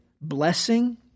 blessing